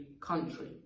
country